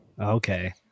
Okay